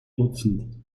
dutzend